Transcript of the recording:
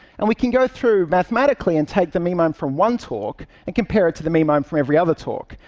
and we can go through mathematically and take the meme-ome from one talk and compare it to the meme-ome from every other talk,